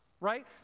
right